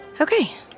Okay